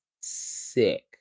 sick